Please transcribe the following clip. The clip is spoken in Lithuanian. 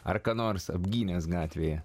ar ką nors apgynęs gatvėje